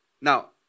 Now